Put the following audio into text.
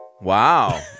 Wow